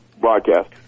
broadcast